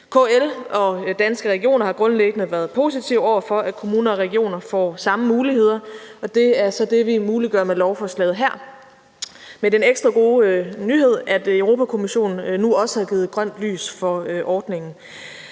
KL og Danske Regioner har grundlæggende været positive over for, at kommuner og regioner får samme muligheder, og det er så det, vi muliggør med lovforslaget her – med den ekstra gode nyhed, at Europa-Kommissionen nu også har givet grønt lys for ordningen.